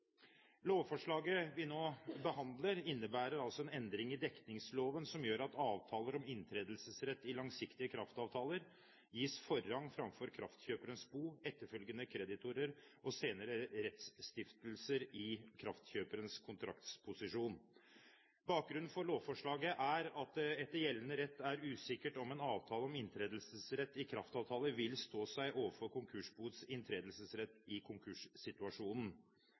Lovforslaget vi nå behandler, innebærer altså en endring i dekningsloven som gjør at avtaler om inntredelsesrett i langsiktige kraftavtaler gis forrang framfor kraftkjøperens bo, etterfølgende kreditorer og senere rettsstiftelser i kraftkjøperens kontraktsposisjon. Bakgrunnen for lovforslaget er at det etter gjeldende rett er usikkert om en avtale om inntredelsesrett i kraftavtaler vil stå seg overfor konkursboets inntredelsesrett i konkurssituasjonen.